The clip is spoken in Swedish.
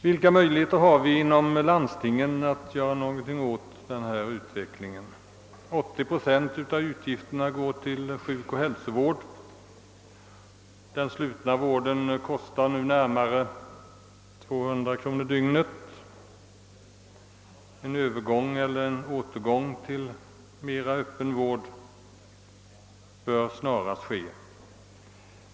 Vilka möjligheter har vi inom landstingen att göra något åt denna utveckling? 80 procent av utgifterna går till sjukoch hälsovård. Den slutna vården kostar nu närmare 200 kronor dygnet. En övergång eller rättare sagt återgång till mera öppen vård bör snarast ske.